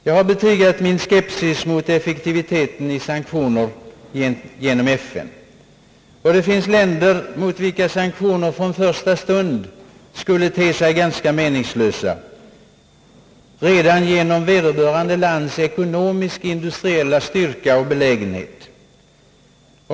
Jag har betygat min skepsis mot effektiviteten i sanktioner genom FN. Det finns länder mot vilka sanktioner från första stund skulle te sig ganska meningslösa, genom vederbörande lands ekonomiska och industriella styrka och belägenhet.